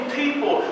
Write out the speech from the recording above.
people